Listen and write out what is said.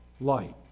light